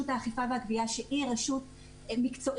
האכיפה והגבייה שהיא רשות מקצועית,